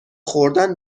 خوردن